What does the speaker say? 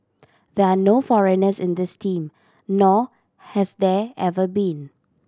there are no foreigners in this team nor has there ever been